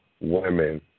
women